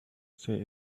say